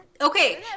Okay